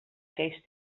aquells